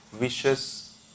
wishes